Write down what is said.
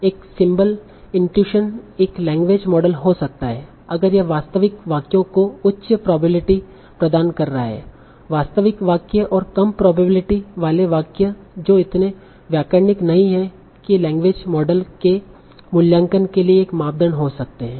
एक symbol intuition एक language model हो सकता है अगर यह वास्तविक वाक्यों को उच्च प्रोबेबिलिटी प्रदान कर रहा है वास्तविक वाक्य और कम प्रोबेबिलिटी वाले वाक्य जो इतने व्याकरणिक नहीं हैं कि लैंग्वेज मॉडल के मूल्यांकन के लिए एक मापदंड हो सकते हैं